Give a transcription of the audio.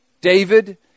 David